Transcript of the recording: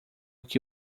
que